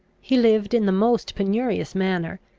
he lived in the most penurious manner,